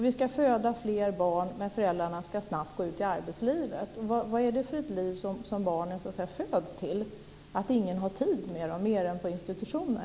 Vi ska föda fler barn, men föräldrarna ska snabbt gå ut i arbetslivet. Vad är det för ett liv som barnen föds till, att ingen har tid med dem mer än på institutioner?